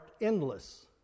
endless